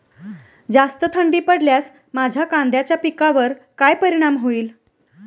जास्त थंडी पडल्यास माझ्या कांद्याच्या पिकावर काय परिणाम होईल?